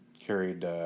carried